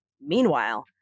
Meanwhile